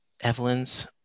Evelyn's